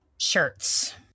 Shirts